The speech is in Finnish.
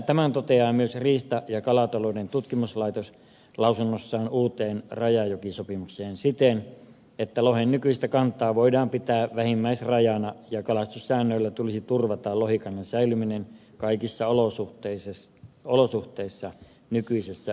tämän toteaa myös riista ja kalatalouden tutkimuslaitos lausunnossaan uudesta rajajokisopimuksesta siten että lohen nykyistä kantaa voidaan pitää vähimmäisrajana ja kalastussäännöillä tulisi turvata lohikannan säilyminen kaikissa olosuhteissa nykyisessä runsaudessaan